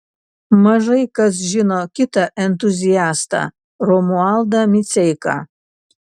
mažai kas žino kitą entuziastą romualdą miceiką